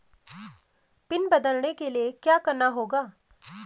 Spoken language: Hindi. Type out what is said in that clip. पिन बदलने के लिए क्या करना होगा?